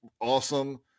awesome